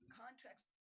contracts